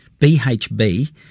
BHB